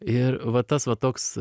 ir va tas va toks